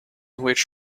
which